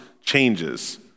changes